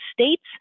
states